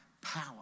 power